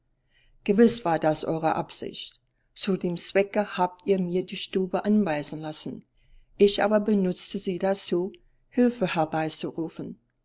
gewiß war das eure absicht zu dem zwecke habt ihr mir die stube anweisen lassen ich aber benutzte sie dazu hilfe